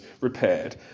repaired